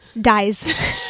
dies